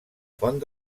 font